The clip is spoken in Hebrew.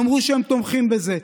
אמרו שהם תומכים בזה,